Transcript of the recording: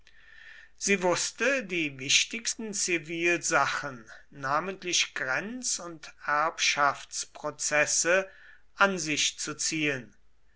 sie wußte die wichtigsten zivilsachen namentlich grenz und erbschaftsprozesse an sich zu ziehen